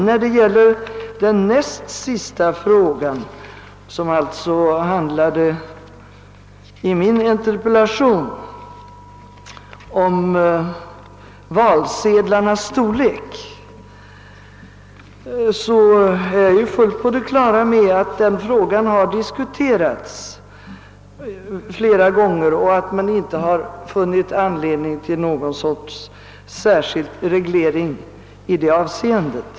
Vad beträffar den näst sista frågan i min interpellation, som gällde valsedlarnas storlek, är jag fullt på det klara med att den frågan har diskuterats flera gånger och att man inte har funnit anledning till någon särskild reglering i det avseendet.